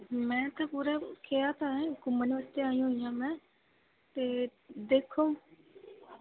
ਮੈਂ ਤਾਂ ਪੂਰੇ ਕਿਹਾ ਤਾ ਹੈ ਘੁੰਮਣ ਵਾਸਤੇ ਆਈ ਹੋਈ ਹਾਂ ਮੈਂ ਤਾਂ ਦੇਖੋ